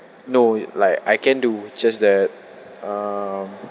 no like I can do just that um